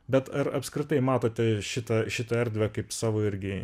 bet ar apskritai matote šitą šitą erdvę kaip savo irgi